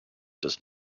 does